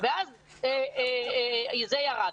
וזה ירד.